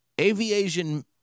aviation